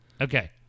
Okay